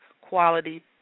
quality